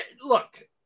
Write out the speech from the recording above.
Look